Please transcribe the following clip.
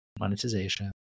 monetization